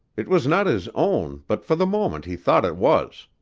it was not his own, but for the moment he thought it was.